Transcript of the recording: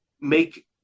make